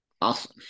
Awesome